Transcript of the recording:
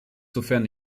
sofern